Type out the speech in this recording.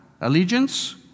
allegiance